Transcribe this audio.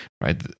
right